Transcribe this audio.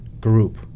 group